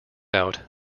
out